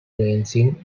lansing